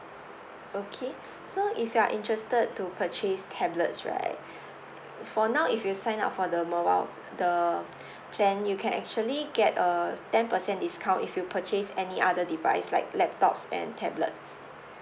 okay so if you are interested to purchase tablets right for now if you sign up for the mobile the plan you can actually get a ten percent discount if you purchase any other device like laptops and tablets